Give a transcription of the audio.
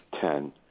ten